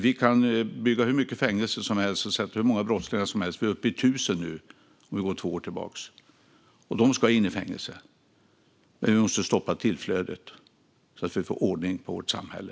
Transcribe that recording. Vi kan bygga hur mycket fängelser som helst och sätta hur många brottslingar som helst i dem - sedan två år tillbaka är vi nu uppe i tusen, och de ska in i fängelse - men vi måste stoppa tillflödet så att vi får ordning på vårt samhälle.